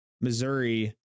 Missouri